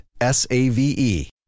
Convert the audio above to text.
S-A-V-E